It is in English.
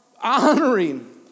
honoring